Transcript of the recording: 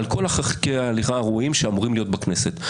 על כל הליכי החקיקה הראויים שאמורים להיות בכנסת,